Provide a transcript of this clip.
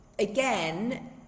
Again